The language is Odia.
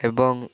ଏବଂ